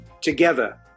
together